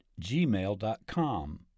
gmail.com